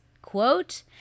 Quote